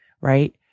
right